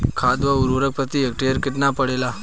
खाध व उर्वरक प्रति हेक्टेयर केतना पड़ेला?